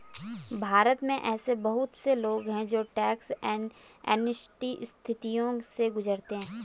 भारत में ऐसे बहुत से लोग हैं जो टैक्स एमनेस्टी स्थितियों से गुजरते हैं